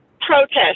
protest